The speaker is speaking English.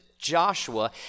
Joshua